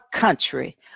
country